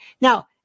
now